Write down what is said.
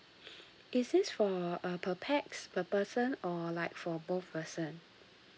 is this for uh per pax per person or like for both person